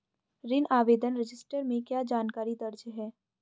ऋण आवेदन रजिस्टर में क्या जानकारी दर्ज है?